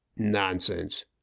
nonsense